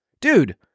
Dude